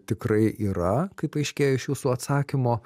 tikrai yra kaip aiškėja iš jūsų atsakymo